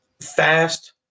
fast